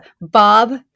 Bob